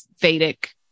Vedic